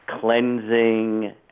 cleansing